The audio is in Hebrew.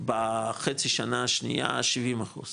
בחצי שנה השנייה 70 אחוז